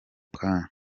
kanya